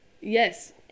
Yes